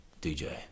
DJ